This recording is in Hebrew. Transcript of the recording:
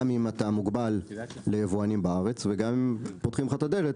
גם אם אתה מוגבל ליבואנים בארץ וגם אם פותחים לך את הדלת,